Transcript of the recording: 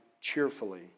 cheerfully